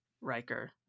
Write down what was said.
Riker